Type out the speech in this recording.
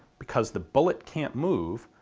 because the bullet can't move,